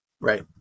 Right